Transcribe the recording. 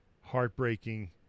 heartbreaking